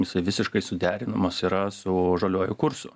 jisai visiškai suderinamas yra su žaliuoju kursu